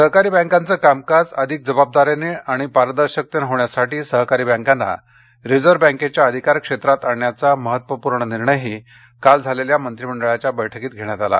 सहकारी बँकांचं कामकाज अधिक जबाबदारीने आणि पारदर्शकतेने होण्यासाठी सहकारी बँकांना रिझर्व्ह बँकेच्या अधिकार क्षेत्रात आणण्याचा महत्वपूर्ण निर्णयही काल झालेल्या मंत्रिमंडळाच्या बैठकीत घेण्यात आला